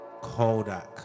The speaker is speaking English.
Kodak